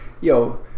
yo